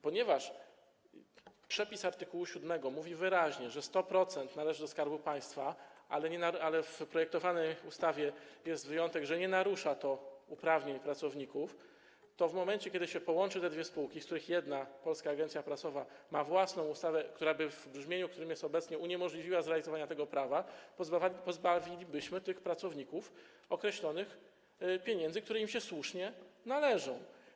Ponieważ przepis art. 7 mówi wyraźnie, że 100% należy do Skarbu Państwa, ale w projektowanej ustawie jest wyjątek, tj. nie narusza to uprawnień pracowników, to kiedy się połączy te dwie spółki, z których jedna, Polska Agencja Prasowa, ma własną ustawę, która by w brzmieniu obecnym uniemożliwiła zrealizowanie tego prawa, pozbawilibyśmy tych pracowników określonych pieniędzy, które im się słusznie należą.